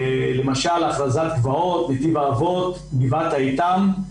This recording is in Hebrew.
למשל ההכרזה על גבעות, נתיב האבות, גבעת איתם,